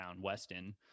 Weston